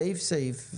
סעיף סעיף.